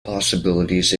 possibilities